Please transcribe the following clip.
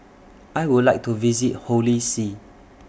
I Would like to visit Holy See